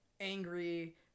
angry